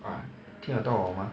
ah 听得到我 mah